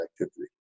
activity